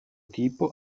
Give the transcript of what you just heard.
tipo